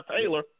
Taylor